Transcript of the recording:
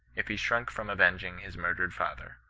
if he shrunk from avenging his murdered father.